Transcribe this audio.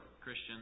Christian